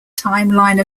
timeline